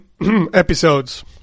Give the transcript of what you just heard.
episodes